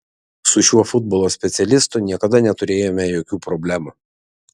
su šiuo futbolo specialistu niekada neturėjome jokių problemų